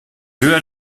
höher